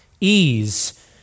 ease